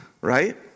right